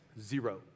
Zero